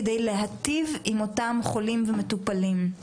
כדי להיטיב עם אותם חולים ומטופלים.